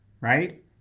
right